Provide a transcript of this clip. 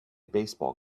baseball